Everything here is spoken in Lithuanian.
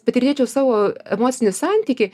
patyrinėčiau savo emocinį santykį